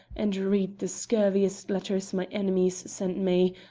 and read the scurviest letters my enemies send me,